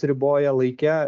riboja laike